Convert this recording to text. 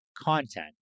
content